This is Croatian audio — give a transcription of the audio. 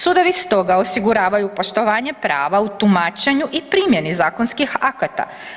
Sudovi stoga osiguravaju poštovanje prava u tumačenju i primjeni zakonskih akata.